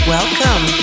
Welcome